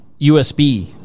USB